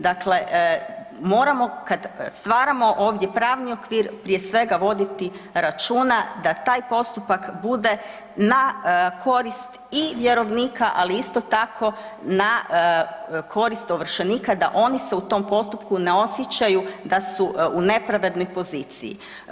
Dakle, moramo kad stvaramo ovdje pravni okvir prije svega voditi računa da taj postupak bude na korist i vjerovnika, ali isto tako na korist ovršenika da se oni u tom postupku ne osjećaju da su u nepravednoj poziciji.